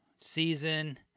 season